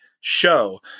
show